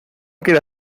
quiere